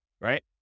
right